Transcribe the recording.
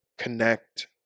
connect